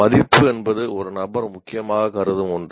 மதிப்பு என்பது ஒரு நபர் முக்கியமானதாகக் கருதும் ஒன்று